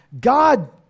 God